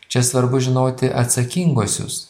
čia svarbu žinoti atsakinguosius